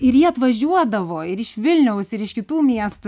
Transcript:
ir jie atvažiuodavo ir iš vilniaus ir iš kitų miestų